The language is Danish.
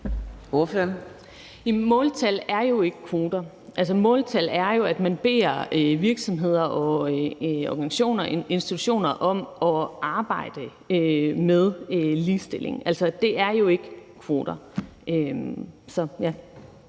måltal er jo ikke kvoter. Altså, måltal er jo, at man beder virksomheder og institutioner om at arbejde med ligestilling. Det er jo ikke kvoter.